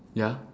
ya